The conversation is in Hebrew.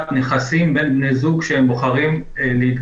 נכסים בין בני זוג כשהם בוחרים להתגרש.